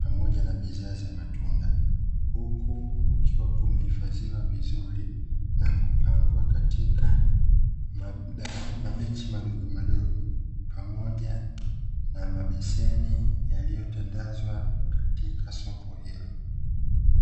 pamoja na bidhaa za matunda, huku kukiwa kumehifadhiwa vizuri na kupangwa katika mabenchi madogomadogo pamoja na mabeseni yaliyotandazwa katika soko hilo.